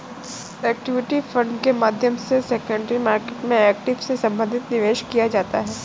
equity fund के माध्यम से सेकेंडरी मार्केट में इक्विटी से संबंधित निवेश किया जाता है